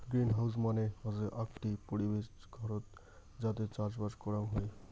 greenhouse মানে হসে আকটি পরিবেশ ঘরত যাতে চাষবাস করাং হই